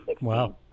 Wow